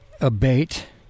abate